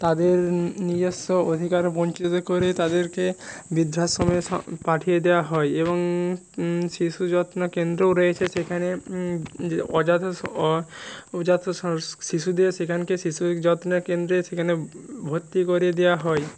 তাদের নিজেস্ব অধিকার বঞ্চিত করে তাদেরকে বৃদ্ধাশ্রমে স পাঠিয়ে দেওয়া হয় এবং শিশু যত্ন কেন্দ্রও রয়েছে সেখানে যে অজাতশো অজাত শিশুদের সেখানকে শিশু যত্নে কেন্দ্রে সেখানে ভর্তি করে দেওয়া হয়